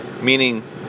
Meaning